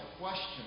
question